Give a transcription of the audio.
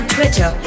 Twitter